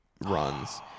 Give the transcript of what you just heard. runs